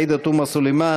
עאידה תומא סלימאן,